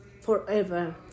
forever